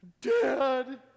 dad